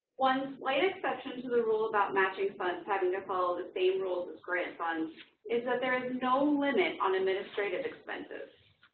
one slight exception to the rule about matching funds having to follow the same rules as grant funds, is that there is no limit on administrative expenses.